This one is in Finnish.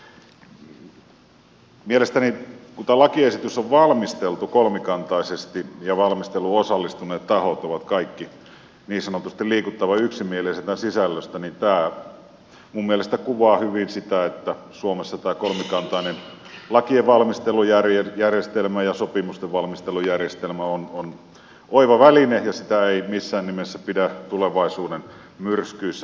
kun tämä lakiesitys on valmisteltu kolmikantaisesti ja valmisteluun osallistuneet tahot ovat kaikki niin sanotusti liikuttavan yksimielisiä tämän sisällöstä niin tämä minun mielestäni kuvaa hyvin sitä että suomessa tämä kolmikantainen lakien valmistelujärjestelmä ja sopimusten valmistelujärjestelmä on oiva väline ja sitä ei missään nimessä pidä tulevaisuuden myrskyissä